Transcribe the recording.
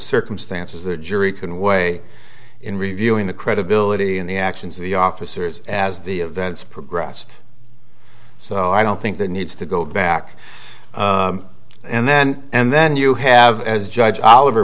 circumstances the jury can weigh in reviewing the credibility and the actions of the officers as the events progressed so i don't think that needs to go back and then and then you have as judge oliver